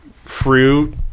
fruit